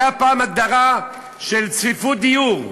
הייתה פעם הגדרה של צפיפות דיור,